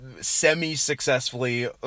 semi-successfully